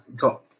got